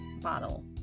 bottle